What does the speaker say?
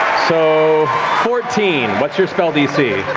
so fourteen, what's your spell dc?